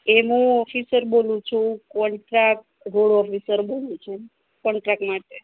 એ હું ઓફિસર બોલું છું કોન્ટ્રેક્ટ રોડ ઓફિસર બોલું છું કોન્ટ્રાક્ટ માટે